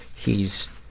he's,